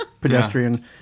pedestrian